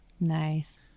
Nice